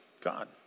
God